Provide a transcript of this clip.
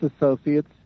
associates